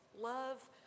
Love